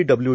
W